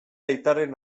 aitaren